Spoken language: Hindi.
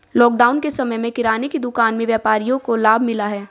लॉकडाउन के समय में किराने की दुकान के व्यापारियों को लाभ मिला है